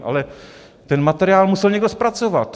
Ale ten materiál musel někdo zpracovat!